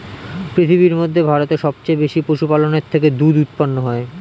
পৃথিবীর মধ্যে ভারতে সবচেয়ে বেশি পশুপালনের থেকে দুধ উৎপন্ন হয়